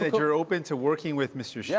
ah you're open to working with mr. yeah